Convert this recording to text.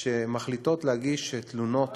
שמחליטות להגיש תלונות